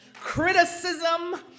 criticism